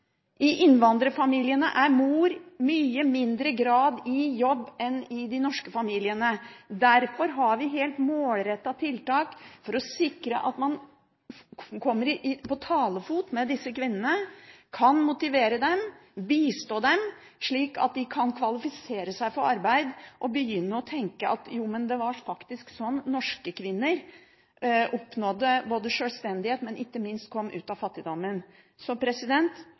i innvandrerfamiliene. I innvandrerfamiliene er mor i mye mindre grad i jobb enn i de norske familiene. Derfor har vi helt målrettede tiltak for å sikre at man kommer på talefot med disse kvinnene og kan motivere og bistå dem slik at de kan kvalifisere seg for arbeid og begynne å tenke at det faktisk var sånn norske kvinner oppnådde både sjølstendighet og ikke minst kom ut av fattigdommen.